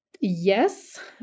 Yes